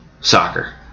soccer